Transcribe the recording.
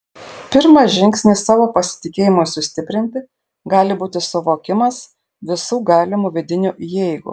pirmas žingsnis savo pasitikėjimui sustiprinti gali būti suvokimas visų galimų vidinių jeigu